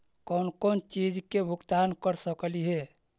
कौन कौन चिज के भुगतान कर सकली हे?